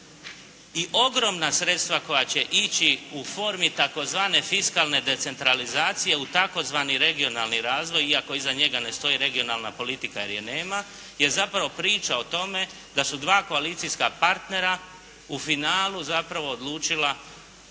i ogromna sredstva koja će ići u formi tzv. fiskalne decentralizacije u tzv. regionalni razvoj iako iza njega ne stoji regionalna politika jer je nema, je zapravo priča o tome da su dva koalicijska partnera u finalu zapravo odlučila